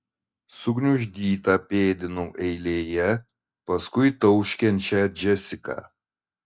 sugniuždyta pėdinau eilėje paskui tauškiančią džesiką